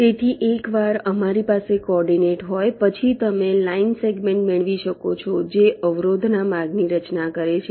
તેથી એકવાર અમારી પાસે કૌર્ડિનેટ હોય પછી તમે લાઇન સેગમેન્ટ મેળવી શકો છો જે અવરોધોના માર્ગની રચના કરે છે